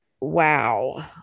wow